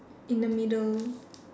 in the middle